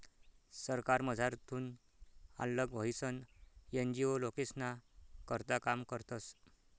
सरकारमझारथून आल्लग व्हयीसन एन.जी.ओ लोकेस्ना करता काम करतस